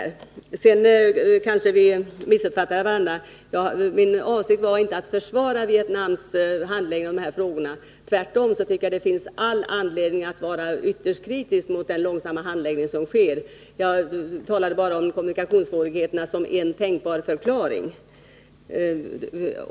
Eva Winther och jag har kanske missuppfattat varandra på en punkt. Min avsikt var inte att försvara Vietnams handläggning av de här frågorna. Tvärtom tycker jag att det finns all anledning att vara ytterst kritisk mot den långsamma handläggning som sker. Jag nämnde kommunikationssvårigheterna enbart som en tänkbar förklaring.